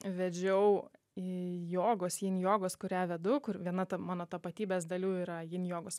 vedžiau jogos jin jogos kurią vedu kur viena ta mano tapatybės dalių yra jin jogos